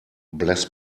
bless